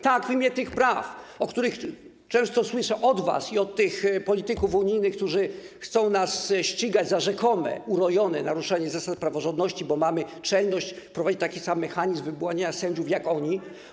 Tak, w imię tych praw, o których często słyszę od was i od tych polityków unijnych, którzy chcą nas ścigać za rzekome, urojone naruszenie zasad praworządności, bo mamy czelność wprowadzić taki sam mechanizm wyłaniania sędziów jak oni.